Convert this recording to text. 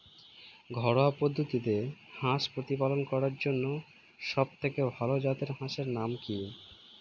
ঘরোয়া পদ্ধতিতে হাঁস প্রতিপালন করার জন্য সবথেকে ভাল জাতের হাঁসের নাম কি?